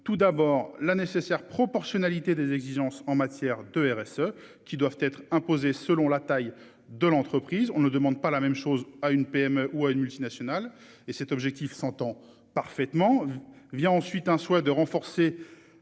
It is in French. tout d'abord la nécessaire proportionnalité des exigences en matière de RSE, qui doivent être imposées selon la taille de l'entreprise, on ne demande pas la même chose à une PME ou à une multinationale et cet objectif s'entend parfaitement. Vient ensuite un souhait de renforcer.